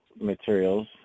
materials